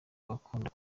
agakunda